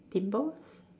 pimples